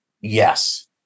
Yes